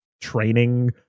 training